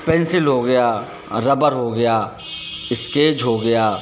pencil हो गया rubber हो गया स्केज हो गया